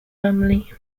family